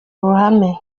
ruhame